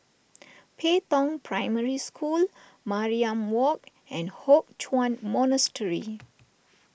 Pei Tong Primary School Mariam Walk and Hock Chuan Monastery